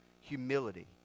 humility